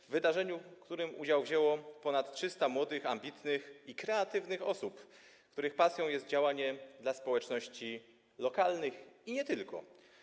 W wydarzeniu udział wzięło ponad 300 młodych, ambitnych i kreatywnych osób, których pasją jest działanie dla społeczności lokalnych, ale nie tylko.